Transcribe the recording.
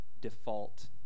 default